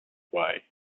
way